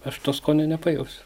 aš to skonio nepajausiu